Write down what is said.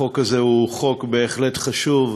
החוק הזה הוא חוק בהחלט חשוב,